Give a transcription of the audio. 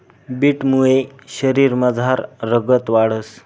बीटमुये शरीरमझार रगत वाढंस